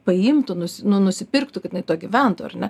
paimtų nus nu nusipirktų kad jinai tuo gyventų ar ne